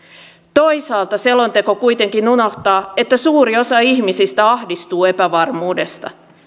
toisaalta selonteko kuitenkin unohtaa että suuri osa ihmisistä ahdistuu epävarmuudesta